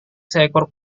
seekor